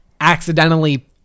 Accidentally